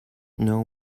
know